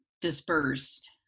dispersed